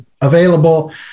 available